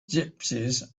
gypsies